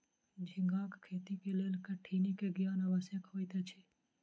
झींगाक खेती के लेल कठिनी के ज्ञान आवश्यक होइत अछि